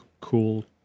cool